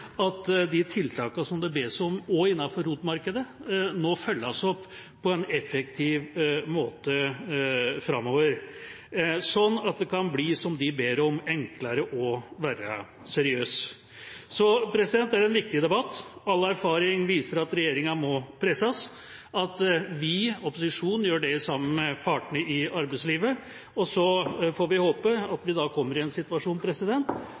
at de tiltakene som det bes om – også innenfor ROT-markedet – nå følges opp på en effektiv måte framover, sånn at det kan bli som de ber om: enklere å være seriøs. Så det er en viktig debatt. All erfaring viser at regjeringa må presses, at vi – opposisjonen – gjør det sammen med partene i arbeidslivet. Så får vi håpe at vi kommer i en situasjon